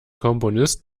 komponist